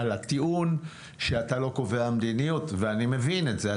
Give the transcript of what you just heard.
על הטיעון שאתה לא קובע מדיניות ואני מבין את זה.